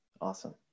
Awesome